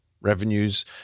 revenues